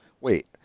Wait